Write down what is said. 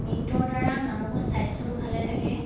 নৃত্যৰ দ্বাৰা মানুহৰ স্বাস্থ্যটো ভালে থাকে